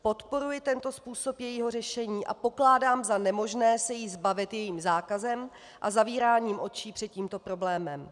Podporuji tento způsob jejího řešení a pokládám za nemožné se jí zbavit jejím zákazem a zavíráním očí před tímto problémem.